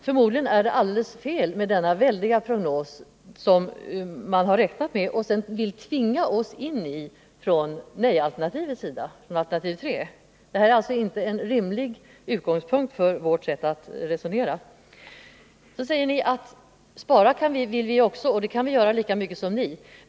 Förmodligen är denna väldiga prognos, som man har utgått från och sedan vill tvinga oss som företräder nej-alternativet att tillämpa på linje 3, alldeles felaktig. Den är alltså inte någon rimlig utgångspunkt för vårt sätt att resonera. Vidare säger ni: Spara energi vill också vi göra, och det kan vi göra lika mycket som ni.